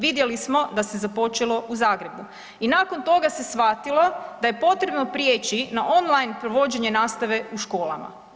Vidjeli smo da se započelo u Zagrebu i nakon toga se shvatilo da je potrebno prijeći na online provođenje nastave u školama.